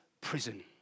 prison